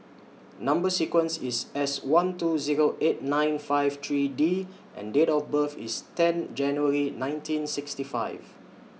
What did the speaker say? Number sequence IS S one two Zero eight nine five three D and Date of birth IS ten January nineteen sixty five